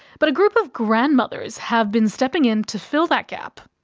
but a group of grandmothers have been stepping into fill that gap.